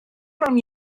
mewn